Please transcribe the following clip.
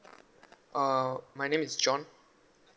uh my name is john